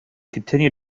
continue